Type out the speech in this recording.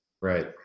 Right